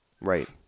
Right